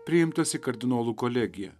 priimtas į kardinolų kolegiją